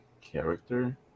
character